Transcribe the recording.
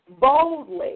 boldly